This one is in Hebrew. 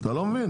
אתה לא מבין?